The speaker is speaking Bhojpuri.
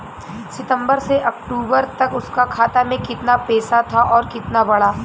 सितंबर से अक्टूबर तक उसका खाता में कीतना पेसा था और कीतना बड़ा?